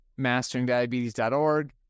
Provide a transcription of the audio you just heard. masteringdiabetes.org